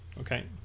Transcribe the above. Okay